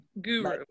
guru